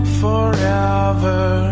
forever